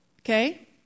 Okay